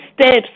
steps